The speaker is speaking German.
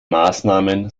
maßnahmen